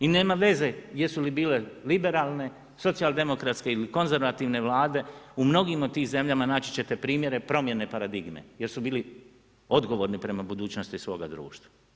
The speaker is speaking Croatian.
I nema veze jesu li bile liberalne, socijal demokratske ili konzervativne Vlade, u mnogim od tih zemljama naći ćete primjere promjene paradigme jer su bili odgovorni prema budućnosti svoga društva.